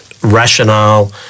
rationale